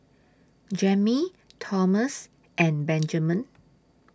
Jammie Thomas and Benjamen